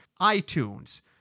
iTunes